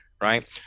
right